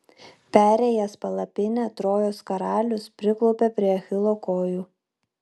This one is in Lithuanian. perėjęs palapinę trojos karalius priklaupia prie achilo kojų